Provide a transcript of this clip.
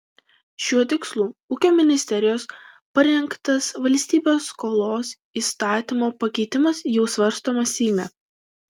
šiuo tikslu ūkio ministerijos parengtas valstybės skolos įstatymo pakeitimas jau svarstomas seime